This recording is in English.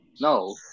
No